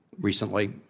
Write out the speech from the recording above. recently